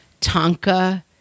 Tonka